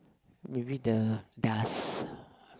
maybe the dust